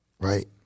right